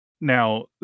now